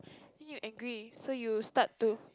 then you angry so you start to